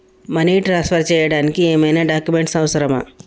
Money transfer చేయడానికి ఏమైనా documents అవసరమా?